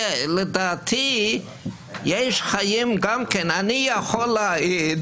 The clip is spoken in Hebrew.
לדעתי, אני יכול להעיד